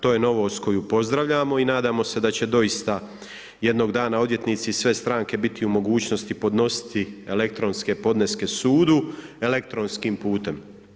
To je novost koju pozdravljamo i nadamo se da će doista jednog dana odvjetnici i sve stranke biti u mogućnosti podnositi elektronske podneske sudu, elektronskim putem.